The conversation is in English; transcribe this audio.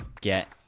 get